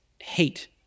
hate